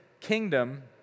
kingdom